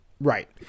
Right